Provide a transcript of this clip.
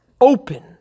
open